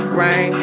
rain